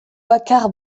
bacar